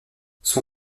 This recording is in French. son